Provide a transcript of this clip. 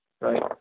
right